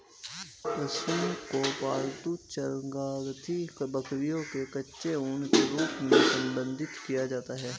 पश्म को पालतू चांगथांगी बकरियों के कच्चे ऊन के रूप में संदर्भित किया जाता है